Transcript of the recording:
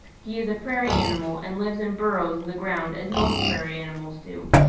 he is a prairie animal and lives in burrows in the ground as most prairie animals do.